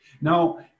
Now